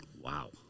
Wow